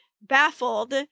baffled